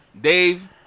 Dave